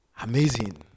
Amazing